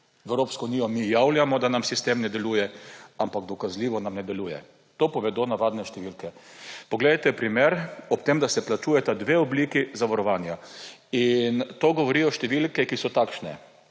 v Evropsko unijo mi javljamo, da nam sistem ne deluje, ampak dokazljivo nam ne deluje. To povedo navadne številke. Poglejte primer, ob tem, da se plačujeta dve obliki zavarovanja. To govorijo številke, ki so takšne.